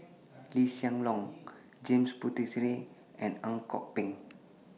Lee Hsien Loong James Puthucheary and Ang Kok Peng